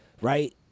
right